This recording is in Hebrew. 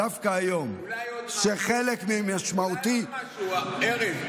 דווקא היום, אולי עוד משהו, ארז?